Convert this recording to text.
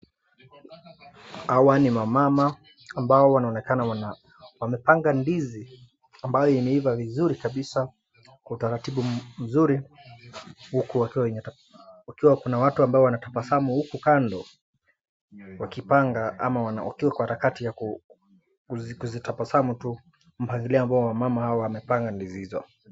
Hawa ni wamama ambao wanaonekana wamepanga ndizi ambayo imeiva vizuri kabisa kwa taratibu nzuri huku wakiwa kuna watu ambao wanatabasamu huku kando wakipanga ama wakiwa kwa harakati ya kuzitabasamu tu mpangilio ambao hawa mama wamepanga ndizi hizo